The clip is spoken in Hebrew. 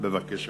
ההצעה